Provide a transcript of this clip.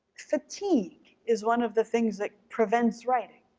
fatigue is one of the things that prevents writing,